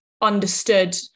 understood